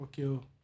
Okay